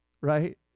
Right